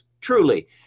truly